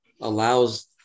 allows